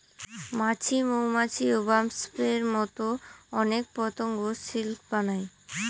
মাছি, মৌমাছি, ওবাস্পের মতো অনেক পতঙ্গ সিল্ক বানায়